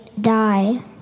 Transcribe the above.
die